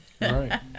Right